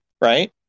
right